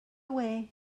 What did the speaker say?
away